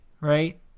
right